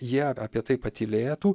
jie apie tai patylėtų